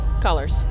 colors